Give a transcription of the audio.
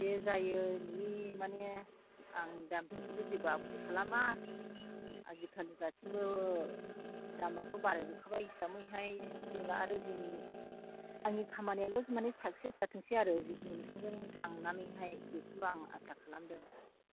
दे जायो नोंनि माने आं दामफोरखौथ' जेबो आपत्ति खालामा आजिखालि गासैबो दामआथ' बारायजोबखाबाय हिसाबैहाय बिदिनो आरो जोंनि आंनि खामानियाल' माने साक्सेस जाथोंसै आरो जिखुनु नोंथांजों थांनानैहाय बेखौल' आसा खालामदों